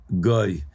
guy